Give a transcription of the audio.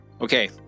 Okay